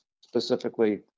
specifically